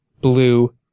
Blue